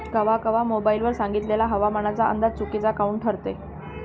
कवा कवा मोबाईल वर सांगितलेला हवामानाचा अंदाज चुकीचा काऊन ठरते?